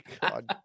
God